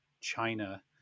China